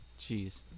Jeez